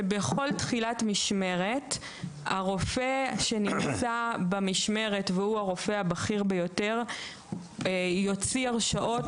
שבכל תחילת משמרת הרופא הבכיר ביותר שנמצא במשמרת יוציא הרשאות